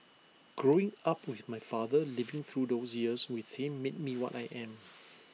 growing up with my father living through those years with him made me what I am